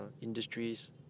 industries